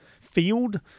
field